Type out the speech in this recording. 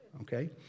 okay